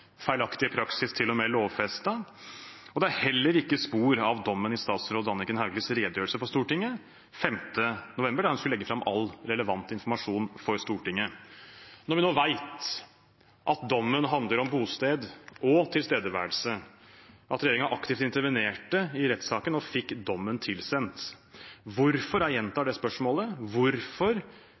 feilaktige praksis til og med lovfestet. Det var heller ikke spor av dommen i statsråd Anniken Hauglies redegjørelse for Stortinget 5. november, da hun skulle legge fram all relevant informasjon for Stortinget. Når vi nå vet at dommen handler om bosted og tilstedeværelse, og at regjeringen aktivt intervenerte i rettssaken og fikk dommen tilsendt, gjentar jeg spørsmålet: Hvorfor